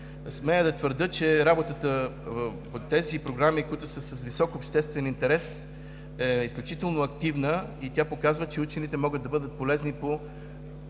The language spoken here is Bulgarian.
Смея да твърдя, че работата по програмите с висок обществен интерес е изключително активна. Тя показва, че учените могат да бъдат полезни по